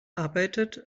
arbeitet